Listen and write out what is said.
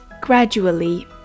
Gradually